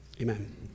Amen